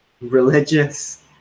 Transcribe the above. religious